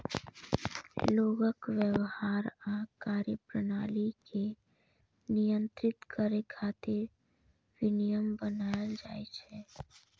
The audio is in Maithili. लोगक व्यवहार आ कार्यप्रणाली कें नियंत्रित करै खातिर विनियम बनाएल जाइ छै